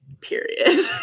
period